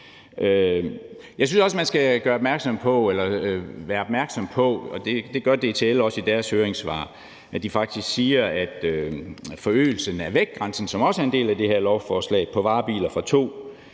der er noget andet, man skal være opmærksom på. Det er DTL også i deres høringssvar, hvor de faktisk skriver, at forøgelsen af vægtgrænsen, som også er en del af det her lovforslag, på varebiler fra